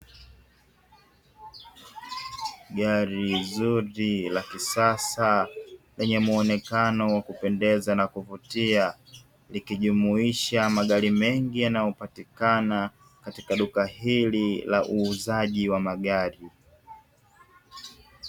Gari zuri la kisasa lenye muonekano wa kupendezea na kuvutia likijumuisha magari mengi yanayopatikana katika duka hili la uuzaji wa magari.